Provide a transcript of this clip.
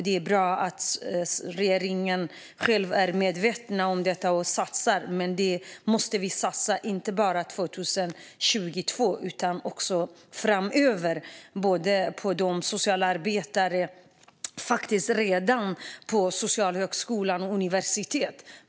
Det är bra att regeringen själv är medveten om detta och satsar. Men det måste satsas inte bara 2022 utan också framöver på socialarbetare och redan på Socialhögskolan och på universitetet.